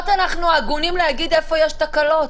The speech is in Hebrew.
אנחנו הגונים להגיד איפה יש תקלות.